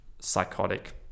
psychotic